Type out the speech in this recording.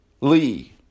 Lee